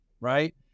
right